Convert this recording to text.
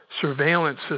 surveillance